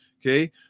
Okay